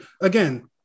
again